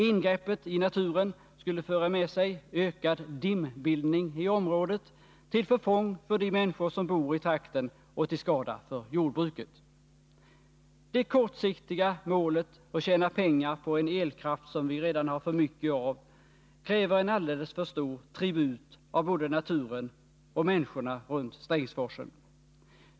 Ingreppet i naturen skulle föra med sig ökad dimbildning i området till förfång för de människor som bor i trakten och till skada för jordbruket. Det kortsiktiga målet att tjäna pengar på en elkraft som vi redan har för mycket av kräver en alldeles för stor tribut av både naturen och människorna runt Strängsforsen.